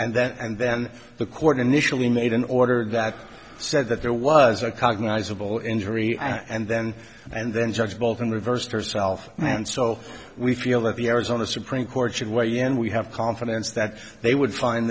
nd that and then the court initially made an order that said that there was a cognizable injury and then and then judge bolton reversed herself and so we feel that the arizona supreme court should weigh in we have confidence that they would find